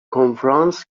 کنفرانس